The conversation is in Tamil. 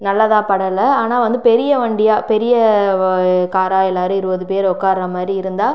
நல்லதாக படலை ஆனால் வந்து பெரிய வண்டியாக பெரிய காராக எல்லோரும் இருபது பேர் உட்கார மாதிரி இருந்தால்